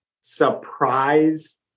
surprise